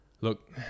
look